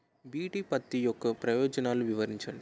BT పత్తి యొక్క ప్రయోజనాలను వివరించండి?